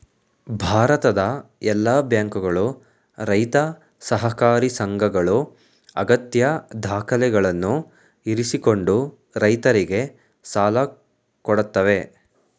ಭಾರತದ ಎಲ್ಲಾ ಬ್ಯಾಂಕುಗಳು, ರೈತ ಸಹಕಾರಿ ಸಂಘಗಳು ಅಗತ್ಯ ದಾಖಲೆಗಳನ್ನು ಇರಿಸಿಕೊಂಡು ರೈತರಿಗೆ ಸಾಲ ಕೊಡತ್ತವೆ